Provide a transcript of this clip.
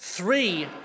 Three